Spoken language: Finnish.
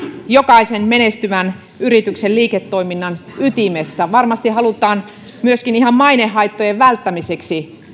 jokaisen menestyvän yrityksen liiketoiminnan ytimessä varmasti halutaan ihan mainehaittojenkin välttämiseksi